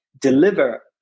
deliver